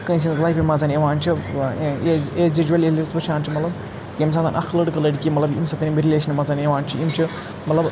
کٲنٛسہِ ہٕنٛزِ لایِفہِ منٛز یِوان چھِ یہِ ایز یُوجِوَل ییٚلہِ أسۍ وُچھان چھِ مطلب یمہِ ساتہٕ اَکھ لٔڑکہٕ لٔڑکِی مَطلَب یمِہٕ ساتہٕ أمِس رِلیشَن منٛز یِوان چھِ یِم چھِ مَطلَب